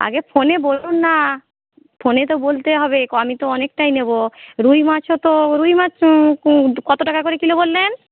আগে ফোনে বলুন না ফোনে তো বলতে হবে আমি তো অনেকটাই নেব রুই মাছও তো রুই মাছ কত টাকা করে কিলো বললেন